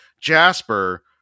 Jasper